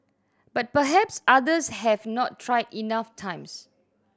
but perhaps others have not tried enough times